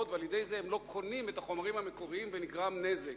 ועל-ידי זה הם לא קונים את החומרים המקוריים ונגרם נזק.